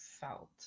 felt